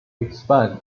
expand